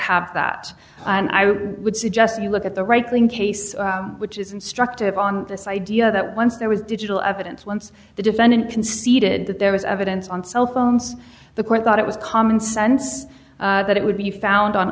have that and i would suggest you look at the right thing case which is instructive on this idea that once there was digital evidence once the defendant conceded that there was evidence on cell phones the court thought it was common sense that it would be found on